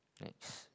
next